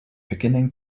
beginning